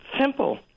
simple